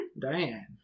Diane